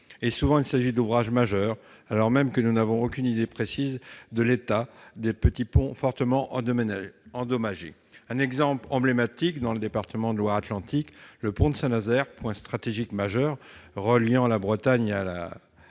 Souvent, il s'agit d'ouvrages majeurs, alors même que nous n'avons aucune idée précise de l'état des petits ponts fortement endommagés. Un exemple emblématique dans le département de la Loire-Atlantique est le pont de Saint-Nazaire, point stratégique majeur reliant la Bretagne à la